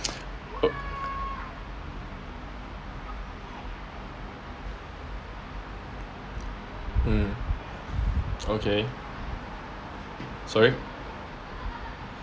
mm okay sorry